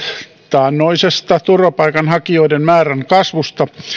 taannoisesta turvapaikanhakijoiden määrän kasvusta